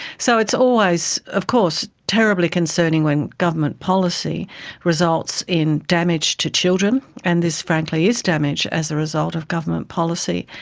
so it's always of course terribly concerning when government policy results in damage to children, and this frankly is damage as a result of government policy.